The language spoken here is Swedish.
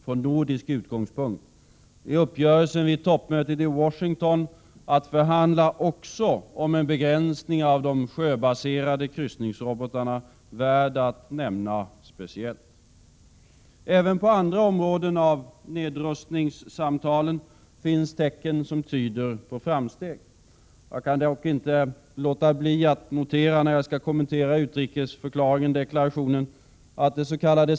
Från nordisk utgångspunkt är uppgörelsen vid toppmötet i Washington om att förhandla också om en begräsning av de sjöbaserade kryssningsrobotarna värd att nämnas speciellt. Även på andra områden av nedrustningssamtalen finns tecken som tyder på framsteg. Jag kan dock inte låta bli att notera, när jag skall kommentera utrikesdeklarationen, att dets.k.